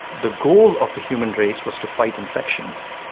the goal of the human race was to fight infections,